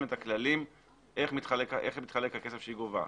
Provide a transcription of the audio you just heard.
את הכללים איך מתחלק הכסף שהיא גובה,